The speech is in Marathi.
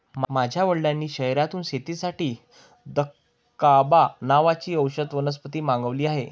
माझ्या वडिलांनी शहरातून शेतीसाठी दकांबा नावाची औषधी वनस्पती मागवली आहे